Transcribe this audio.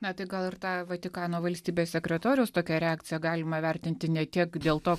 na tai gal ir tą vatikano valstybės sekretoriaus tokią reakciją galima vertinti ne tiek dėl to